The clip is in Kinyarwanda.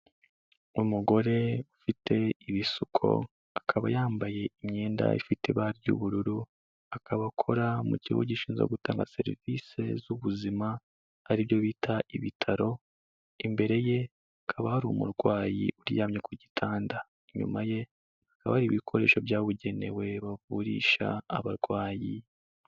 Umugore ufite ibisuko akaba yambaye imyenda ifite ibara ry'ubururu, akaba akora mu kigo gishinzwe gutanga serivisi z'ubuzima aribyo bita ibitaro, imbere ye hakaba hari umurwayi uryamye ku gitanda, inyuma ye hakaba hari ibikoresho byabugenewe bavurisha abarwayi.